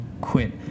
quit